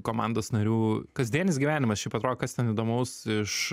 komandos narių kasdienis gyvenimas šiaip atrodo kas ten įdomaus iš